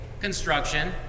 Construction